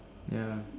ya